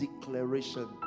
declaration